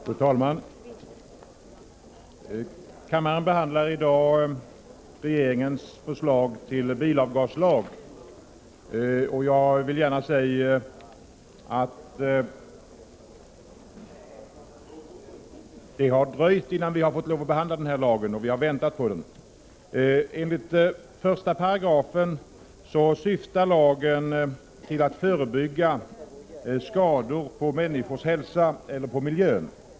Fru talman! Kammaren behandlar i dag regeringens förslag till bilavgaslag. Det har dröjt innan vi har kunnat behandla förslaget, och vi har väntat på det. | Enligt 1 § syftar lagen till att förebygga skador på människors hälsa eller på miljön.